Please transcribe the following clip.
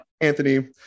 Anthony